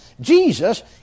Jesus